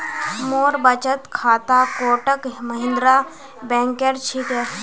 मोर बचत खाता कोटक महिंद्रा बैंकेर छिके